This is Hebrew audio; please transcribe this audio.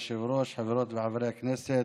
כבוד היושב-ראש, חברות וחברי הכנסת,